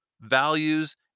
values